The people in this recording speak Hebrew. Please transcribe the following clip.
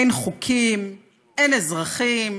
אין חוקים, אין אזרחים,